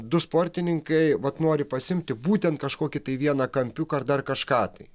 du sportininkai vat nori pasiimti būtent kažkokį tai vieną kampiuką ar dar kažką tai